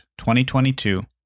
2022